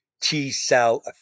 T-cell